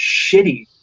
shitty